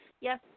yes